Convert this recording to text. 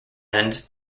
end